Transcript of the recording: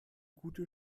gute